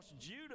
judah